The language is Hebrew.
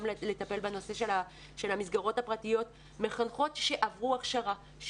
לטפל בנושא של המסגרות הפרטיות מחנכות שעברו הכשרה.